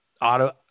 auto